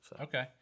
Okay